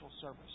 service